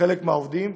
חלק מהעובדים.